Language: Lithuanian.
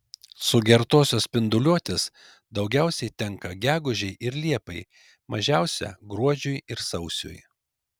sugertosios spinduliuotės daugiausiai tenka gegužei ir liepai mažiausia gruodžiui ir sausiui